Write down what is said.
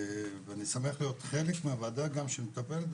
ואני שמח להיות חלק מהוועדה שמטפלת,